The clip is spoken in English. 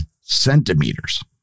centimeters